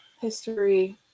history